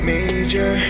Major